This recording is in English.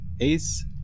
Ace